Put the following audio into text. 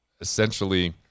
essentially